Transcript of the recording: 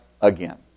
again